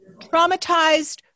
traumatized